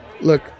Look